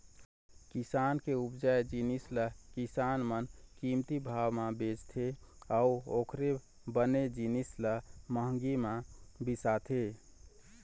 किसान के उपजाए जिनिस ल किसान मन कमती भाव म बेचथे अउ ओखरे बने जिनिस ल महंगी म बिसाथे